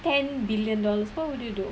ten billion dollars what would you do